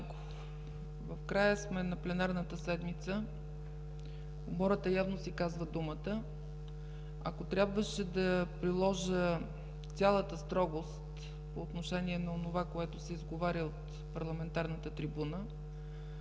в края сме на пленарната седмица. Умората явно си казва думата. Ако трябваше да приложа цялата строгост по отношение на онова, което се изговаря от парламентарната трибуна,